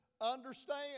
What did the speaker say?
understand